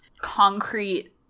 concrete